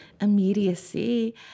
immediacy